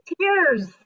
tears